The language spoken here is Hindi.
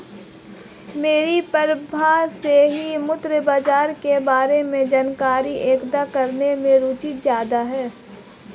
मेरी प्रारम्भ से ही मुद्रा बाजार के बारे में जानकारी एकत्र करने में रुचि ज्यादा है